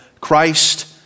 Christ